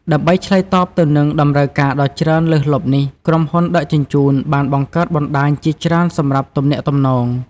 ដើម្បីឆ្លើយតបទៅនឹងតម្រូវការដ៏ច្រើនលើសលប់នេះ ក្រុមហ៊ុនដឹកជញ្ជូនបានបង្កើតបណ្តាញជាច្រើនសម្រាប់ទំនាក់ទំនង។